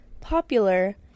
popular